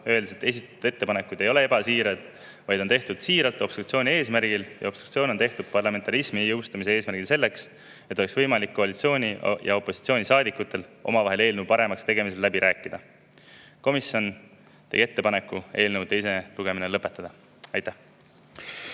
öeldes, et esitatud ettepanekud ei ole ebasiirad, vaid on tehtud siiralt obstruktsiooni eesmärgil, ja obstruktsiooni tehakse parlamentarismi jõustamise eesmärgil, selleks et koalitsiooni- ja opositsioonisaadikutel oleks võimalik eelnõu paremaks tegemiseks omavahel läbi rääkida. Komisjon tegi ettepaneku eelnõu teine lugemine lõpetada. Aitäh!